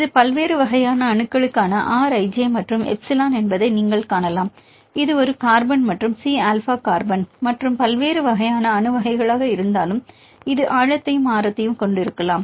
இது பல்வேறு வகையான அணுக்களுக்கான R i j மற்றும் எப்சிலன் என்பதை நீங்கள் காணலாம் இது ஒரு கார்பன் மற்றும் சி ஆல்பா கார்பன் மற்றும் பல்வேறு வகையான அணு வகைகளாக இருந்தாலும் இந்த ஆழத்தையும் ஆரத்தையும் நீங்கள் கொண்டிருக்கலாம்